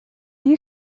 you